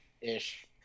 ish